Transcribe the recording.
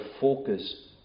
focus